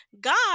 God